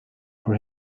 for